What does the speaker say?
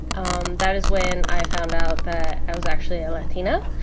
um that is when i found out that i was actually a latina.